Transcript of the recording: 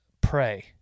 pray